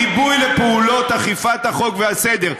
גיבוי לפעולות אכיפת החוק והסדר.